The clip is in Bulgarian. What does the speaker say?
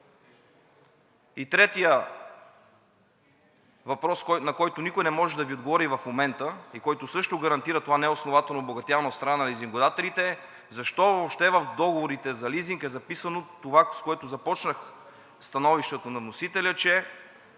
И третият въпрос, на който никой не може да Ви отговори в момента и който също гарантира това неоснователно обогатяване от страна на лизингодателите: защо въобще в договорите за лизинг е записано това, с което започнах становището на вносителя – че